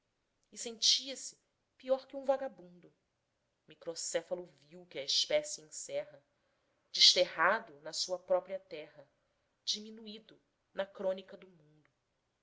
e sentia-se pior que um vagabundo microcéfalo vil que a espécie encerra desterrado na sua própria terra diminuído na crônica do mundo